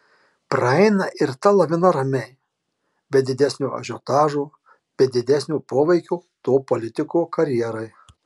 praeina ir ta lavina ramiai be didesnio ažiotažo be didesnio poveikio to politiko karjerai